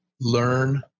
learn